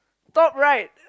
top right